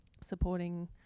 supporting